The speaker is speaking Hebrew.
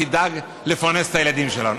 תדאג לפרנס את הילדים שלנו.